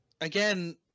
again